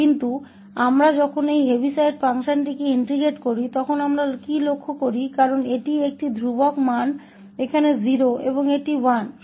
लेकिन हम क्या देखते हैं कि जब हम इस हीविसाइड फ़ंक्शन को इंटेग्रटिंग करते हैं क्योंकि इसका एक स्थिर मान 0 है और यह 1 है